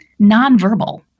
nonverbal